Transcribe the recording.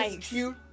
cute